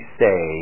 say